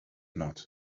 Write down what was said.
not